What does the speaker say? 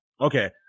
Okay